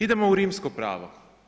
Idemo u rimsko pravo.